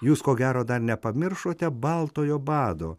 jūs ko gero dar nepamiršote baltojo bado